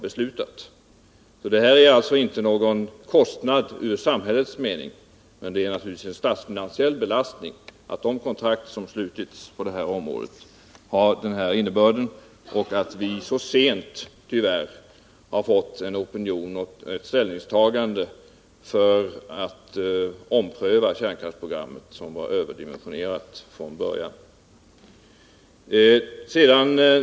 Detta är alltså inte någon kostnad för samhället, men det är naturligtvis en statsfinansiell belastning att de kontrakt som slutits på det här området har denna innebörd och att vi tyvärr så sent fått en opinion och ett ställningstagande för en omprövning av kärnkraftsprogrammet, som var överdimensionerat från början.